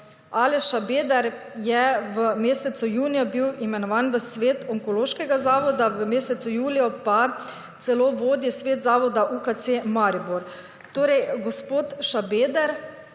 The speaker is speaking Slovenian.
Aleš Šabeder je v mesecu juniju bil imenovan v svet onkološkega zavoda, v mesecu juliju pa celo vodja svet zavoda UKC Maribor. Torej gospod Šabeder